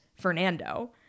Fernando